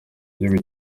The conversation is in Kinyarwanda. gihugu